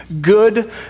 good